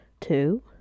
two